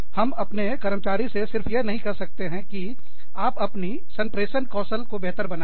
हम अपने कर्मचारी से सिर्फ यह नहीं कह सकते हैं कि आप अपनी संप्रेषण कौशल को बेहतर बनाएँ